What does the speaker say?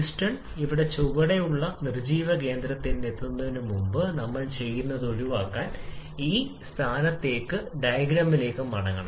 piston ഈ ചുവടെയുള്ള നിർജ്ജീവ കേന്ദ്രത്തിൽ എത്തുന്നതിനുമുമ്പ് നമ്മൾ ചെയ്യുന്നത് ഒഴിവാക്കാൻ ഈ സ്ഥാനത്തേക്ക് ഡയഗ്രാമിലേക്ക് മടങ്ങുക